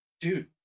dude